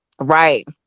right